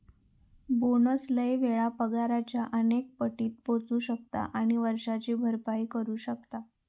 bonus लय वेळा पगाराच्या अनेक पटीत पोचू शकता आणि वर्षाची भरपाई करू शकता